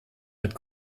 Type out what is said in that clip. mit